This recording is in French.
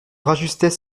rajustait